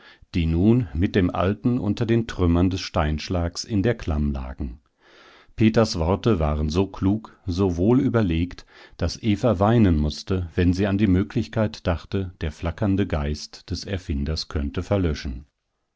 die nun mit dem alten unter den trümmern des steinschlags in der klamm lagen peters worte klangen so klug so wohlüberlegt daß eva weinen mußte wenn sie an die möglichkeit dachte der flackernde geist des erfinders könnte verlöschen